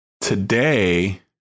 Today